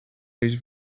his